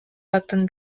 button